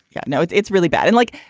yeah know, it's it's really bad. and like,